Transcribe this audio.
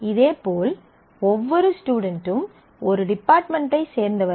இதேபோல் ஒவ்வொரு ஸ்டுடென்ட்டும் ஒரு டிபார்ட்மென்டைச் சேர்ந்தவர்கள்